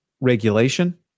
regulation